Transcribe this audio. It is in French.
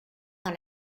dans